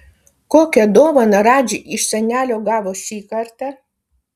kokią dovaną radži iš senelio gavo šį kartą